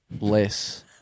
less